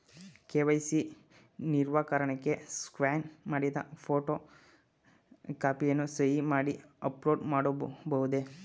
KYC ನವೀಕರಣಕ್ಕೆ scan ಮಾಡಿದ photo ಕಾಪಿಯನ್ನು ಸಹಿ ಮಾಡಿ ಅಪ್ಲೋಡ್ ಮಾಡಬಹುದೇ?